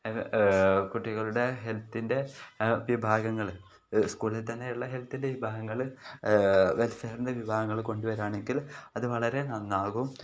കുട്ടികളുടെ ഹെൽത്തിൻ്റെ വിഭാഗങ്ങൾ സ്കൂളിൽ തന്നെയുള്ള ഹെൽത്തിൻ്റെ വിഭാഗങ്ങൾ വെൽഫെയറിൻ്റെ വിഭാഗങ്ങൾ കൊണ്ടു വരികയാണെങ്കിൽ അതു വളരെ നന്നാകും